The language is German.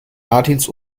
martins